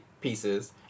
pieces